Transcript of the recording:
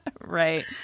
Right